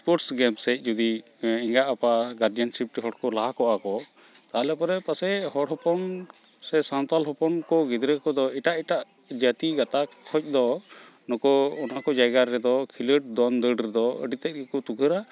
sports ᱜᱮᱢᱥᱮᱫ ᱡᱩᱫᱤ ᱮᱸᱜᱟᱼᱟᱯᱟ ᱜᱟᱲᱡᱮᱱᱥᱤᱯᱴ ᱦᱚᱲᱠᱚ ᱞᱟᱦᱟᱠᱚᱜ ᱟᱠᱚ ᱛᱟᱦᱚᱞᱮᱯᱚᱨᱮ ᱯᱟᱥᱮᱪ ᱦᱚᱲ ᱦᱚᱯᱚᱱ ᱥᱮ ᱥᱟᱱᱛᱟᱲ ᱦᱚᱯᱚᱱ ᱠᱚ ᱜᱤᱫᱽᱨᱟᱹ ᱠᱚᱫᱚ ᱮᱴᱟᱜᱼᱮᱴᱟᱜ ᱡᱟᱹᱛᱤ ᱜᱟᱛᱟᱠ ᱠᱷᱚᱱᱫᱚ ᱱᱩᱠᱩ ᱚᱱᱟᱠᱚ ᱡᱟᱭᱜᱟᱨᱮᱫᱚ ᱠᱷᱮᱞᱚᱰ ᱫᱚᱱᱼᱫᱟᱹᱲ ᱨᱮᱫᱚ ᱟᱹᱰᱤᱛᱮᱫ ᱜᱮᱠᱚ ᱛᱤᱠᱷᱚᱲᱟ